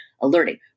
alerting